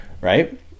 right